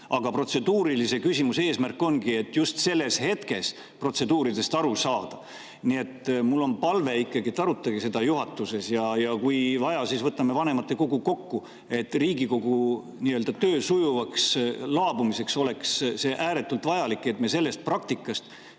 Aga protseduurilise küsimuse eesmärk ongi, et just selles hetkes protseduuridest aru saada. Nii et mul on ikkagi palve, et arutage seda juhatuses, ja kui vaja, siis võtame vanematekogu kokku. Riigikogu töö sujuvaks laabumiseks on ääretult vajalik, et me sellest praktikast,